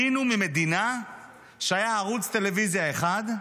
עלינו ממדינה שהיה בה ערוץ טלוויזיה אחד,